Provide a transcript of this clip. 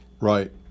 Right